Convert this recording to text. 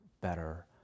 better